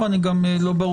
זאת לא תקופת התיישנות.